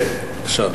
כן, בבקשה.